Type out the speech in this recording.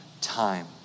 time